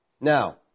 Now